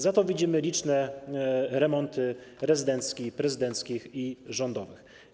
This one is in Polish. Za to widzimy liczne remonty rezydencji prezydenckich i rządowych.